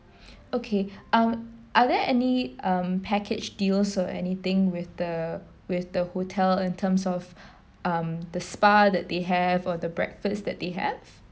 okay um are there any um package deal so anything with the with the hotel in terms of um the spa that they have or the breakfast that they have